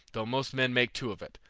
though most men make two of it,